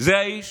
זה האיש